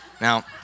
Now